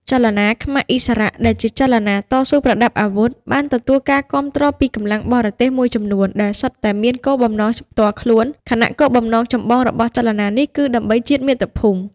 ចលនាខ្មែរឥស្សរៈ ដែលជាចលនាតស៊ូប្រដាប់អាវុធ បានទទួលការគាំទ្រពីកម្លាំងបរទេសមួយចំនួន ដែលសុទ្ធតែមានគោលបំណងផ្ទាល់ខ្លួន ខណៈគោលបំណងចម្បងរបស់ចលនានេះគឺដើម្បីជាតិមាតុភូមិ។